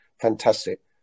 fantastic